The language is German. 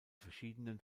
verschiedenen